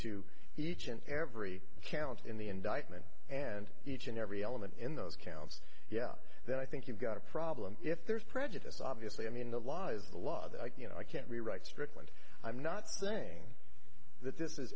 to each and every count in the indictment and each and every element in those counts yeah then i think you've got a problem if there's prejudice obviously i mean the law is the law that you know i can't rewrite strickland i'm not saying that this is